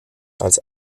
als